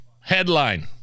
headline